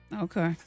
Okay